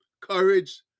courage